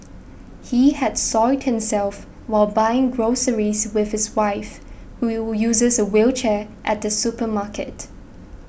he had soiled himself while buying groceries with his wife who you uses a wheelchair at a supermarket